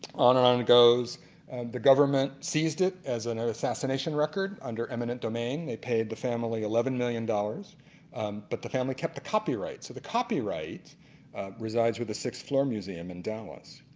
on and it goes the government seized it as and assassination record under eminent domain they paid the family eleven million-dollars but the family kept the copyrights. the copyright resides with the sixth floor museum in dallas.